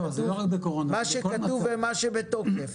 מה שכתוב ומה שבתוקף.